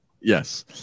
yes